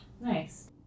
Nice